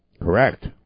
Correct